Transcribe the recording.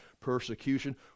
persecution